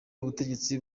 ubutegetsi